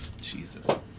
Jesus